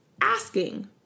asking